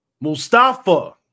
Mustafa